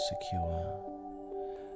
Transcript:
secure